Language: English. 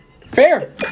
Fair